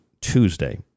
Tuesday